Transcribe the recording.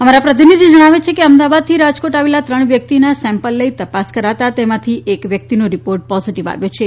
અમારા પ્રતિનિધી જણાવે છે કે અમદાવાદથી રાજકોટ આવેલા ત્રણ વ્યકિતીનાં સેમ્પલ લઈ તપાસ કરાતાં તેમાંથી એક વ્યકિતીનો રિપોર્ટ પોઝીટીવ આવ્યો છે